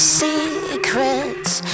secrets